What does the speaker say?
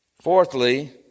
fourthly